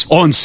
on